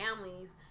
families